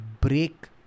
break